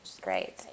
Great